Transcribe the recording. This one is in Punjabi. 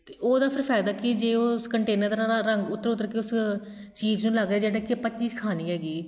ਅਤੇ ਉਹਦਾ ਫਿਰ ਫਾਇਦਾ ਕੀ ਜੇ ਉਸ ਕੰਟੇਨਰ ਦਾ ਰੰ ਰੰਗ ਉੱਤਰ ਉੱਤਰ ਕੇ ਉਸ ਚੀਜ਼ ਨੂੰ ਲੱਗ ਰਿਹਾ ਜਿਹੜਾ ਕਿ ਆਪਾਂ ਚੀਜ਼ ਖਾਣੀ ਹੈਗੀ